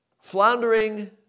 Floundering